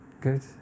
Good